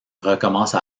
recommence